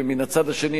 ומן הצד השני,